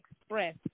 express